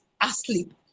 asleep